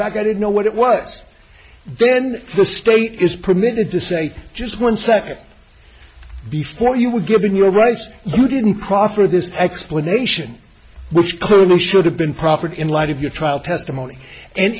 bag i didn't know what it was then the state is permitted to say just one second before you were given your right you didn't proffer this explanation which should have been property in light of your trial testimony and